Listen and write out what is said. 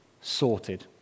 sorted